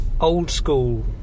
old-school